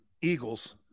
Eagles